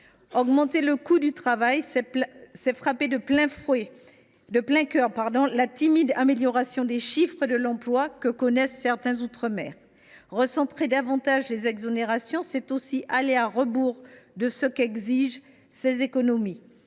Augmenter le coût du travail, c’est frapper en plein cœur la timide amélioration des chiffres de l’emploi que connaissent certains de ces territoires. Recentrer davantage les exonérations, c’est aussi aller à rebours de ce qu’exigent ces économies.